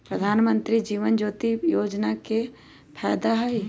प्रधानमंत्री जीवन ज्योति योजना के की फायदा हई?